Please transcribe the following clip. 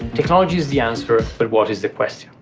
technology is the answer, but what is the question?